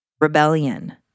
Rebellion